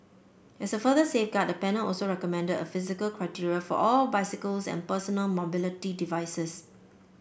as a further safeguard the panel also recommended a physical criteria for all bicycles and personal mobility devices